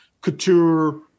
Couture